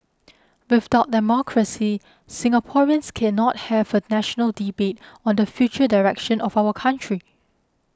without democracy Singaporeans cannot have a national debate on the future direction of our country